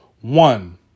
One